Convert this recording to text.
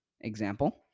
example